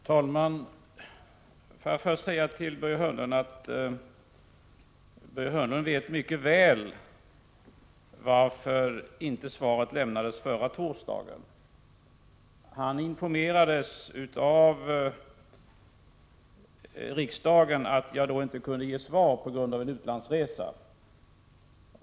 Herr talman! Får jag först säga till Börje Hörnlund att han mycket väl vet varför svaret på hans fråga inte lämnades förra torsdagen. Han informerades av riksdagen om att jag då inte kunde lämna några svar på grund av en utlandsresa.